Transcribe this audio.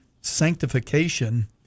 sanctification